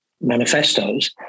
manifestos